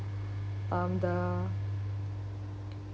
um the